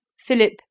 Philip